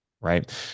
Right